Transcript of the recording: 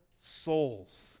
souls